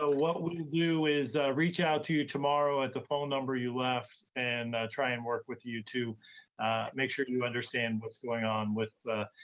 ah what we'll do is reach out to you tomorrow at the phone number you left, and try and work with you to make sure you understand what's going on with